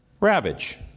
ravage